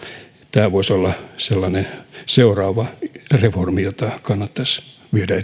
tämä voisi olla sellainen seuraava reformi jota kannattaisi viedä